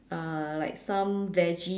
uh like some veggie